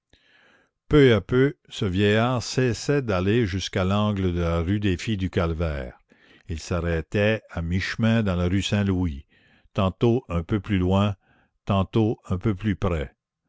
peu à peu ce vieillard cessa d'aller jusqu'à l'angle de la rue des filles du calvaire il s'arrêtait à mi-chemin dans la rue saint-louis tantôt un peu plus loin tantôt un peu plus près